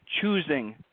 choosing